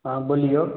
हँ बोलिऔ